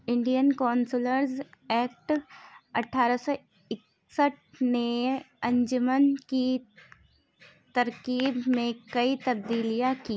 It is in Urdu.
انڈین کونسلرز ایکٹ اٹھارہ سو اکسٹھ نے انجمن کی ترکیب میں کئی تبدیلیاں کی